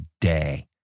day